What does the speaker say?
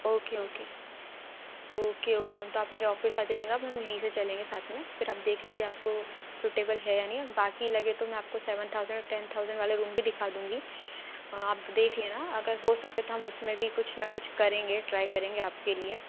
okay okay okay okay ma'am तो आप मेरे ऑफ़िस आ जाइएगा अब हम यहीं से चलेंगे साथ में फिर आप देख लीजिए आपको सुटेबल है या नहीं बाकी लगे तो मैं आपको सेवेन थाउज़ेन्ड और टेन थाउज़ेन्ड वाले रूम भी दिखा दूँगी आप देख लेना अगर हो सके तो हम उसमें भी कुछ न कुछ करेंगे ट्राई करेंगे आपके लिए